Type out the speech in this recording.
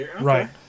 Right